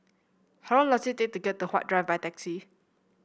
how long does it take to get to Huat Drive by taxi